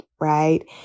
Right